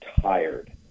tired